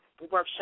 workshop